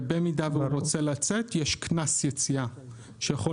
ובמידה והוא רוצה לצאת יש קנס יציאה שיכול